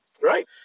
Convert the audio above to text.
right